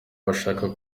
bashaka